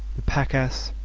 the pack-ass,